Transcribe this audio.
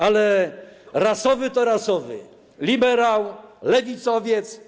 Ale rasowy to rasowy: liberał, lewicowiec.